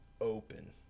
open